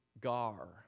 gar